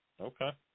Okay